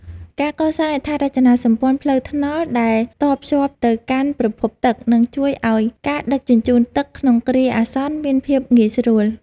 ការកសាងហេដ្ឋារចនាសម្ព័ន្ធផ្លូវថ្នល់ដែលតភ្ជាប់ទៅកាន់ប្រភពទឹកនឹងជួយឱ្យការដឹកជញ្ជូនទឹកក្នុងគ្រាអាសន្នមានភាពងាយស្រួល។